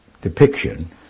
depiction